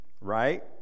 right